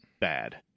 bad